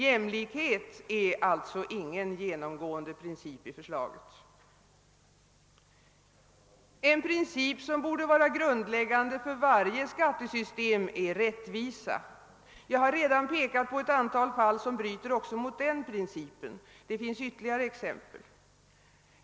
Jämlikhet är alltså ingen genomgående princip i förslaget. En princip som borde vara grundläggande för varje skattesystem är rättvisa. Jag har redan pekat på ett antal fall som bryter också mot den principen. Det finns ytterligare exempel.